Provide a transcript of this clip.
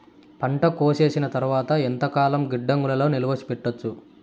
పంట కోసేసిన తర్వాత ఎంతకాలం గిడ్డంగులలో నిలువ పెట్టొచ్చు?